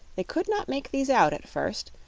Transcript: they could not make these out at first,